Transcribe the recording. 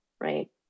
Right